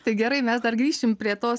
tai gerai mes dar grįšim prie tos